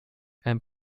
and